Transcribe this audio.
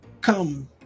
come